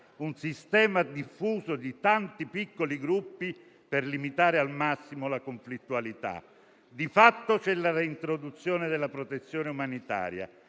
un sistema diffuso di tanti piccoli gruppi per limitare al massimo la conflittualità. Di fatto, c'è la reintroduzione della protezione umanitaria,